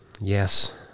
yes